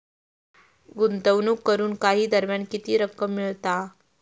गुंतवणूक करून काही दरम्यान किती रक्कम मिळता?